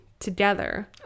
Together